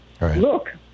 Look